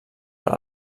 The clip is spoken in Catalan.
per